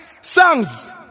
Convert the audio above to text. Songs